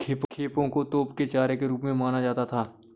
खेपों को तोप के चारे के रूप में माना जाता था